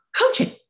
coaching